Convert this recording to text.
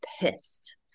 pissed